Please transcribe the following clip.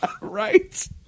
right